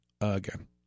Again